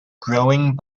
growing